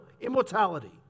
immortality